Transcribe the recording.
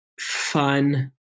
fun